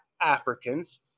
Africans